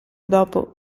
dopo